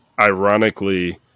ironically